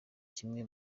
kimwe